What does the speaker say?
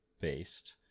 based